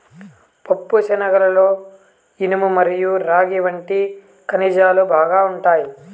పప్పుశనగలలో ఇనుము మరియు రాగి వంటి ఖనిజాలు బాగా ఉంటాయి